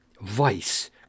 vice